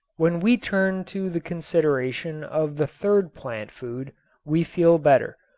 when we turn to the consideration of the third plant food we feel better.